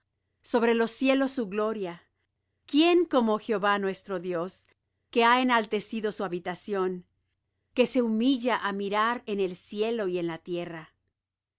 sobre los cielos su gloria quién como jehová nuestro dios que ha enaltecido su habitación que se humilla á mirar en el cielo y en la tierra